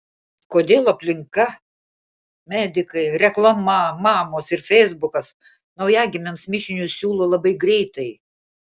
kodėl aplinka medikai reklama mamos ir feisbukas naujagimiams mišinius siūlo labai greitai